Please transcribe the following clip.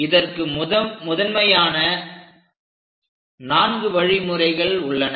இதற்கு முதன்மையான நான்கு வழிமுறைகள் உள்ளன